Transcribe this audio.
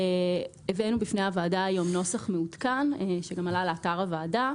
הבאנו היום בפני הוועדה נוסח מעודכן שגם עלה לאתר הוועדה.